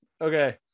Okay